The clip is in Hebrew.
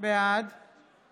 בעד